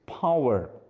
power